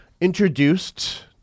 introduced